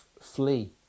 flee